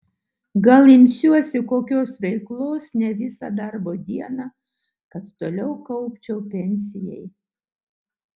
gal imsiuosi kokios veiklos ne visą darbo dieną kad toliau kaupčiau pensijai